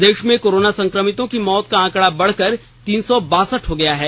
प्रदेश में कोरोना संक्रमितों की मौत का आंकड़ा बढ़कर तीन सौ बासठ हो गया है